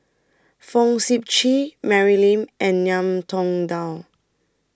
Fong Sip Chee Mary Lim and Ngiam Tong Dow